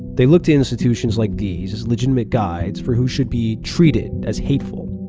they look to institutions like these as legitimate guides for who should be treated as hateful.